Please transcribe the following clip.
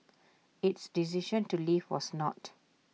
its decision to leave was not